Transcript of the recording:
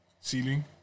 Ceiling